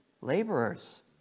laborers